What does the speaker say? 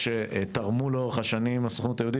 שתרמו לאורך השנים לסוכנות היהודית,